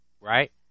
right